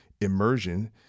Immersion